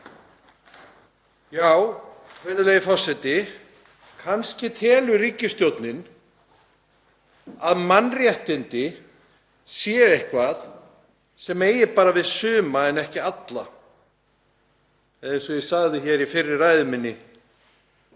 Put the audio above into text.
Virðulegi forseti. Kannski telur ríkisstjórnin að mannréttindi séu eitthvað sem eigi bara við suma en ekki alla. Ég sagði í fyrri ræðu minni